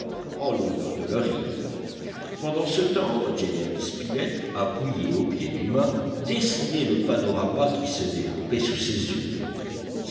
en l'honneur de leur île pendant ce temps gédéon spilett appuyé au pied du mât dessinait le panorama qui se développait sous ses yeux